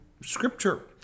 scripture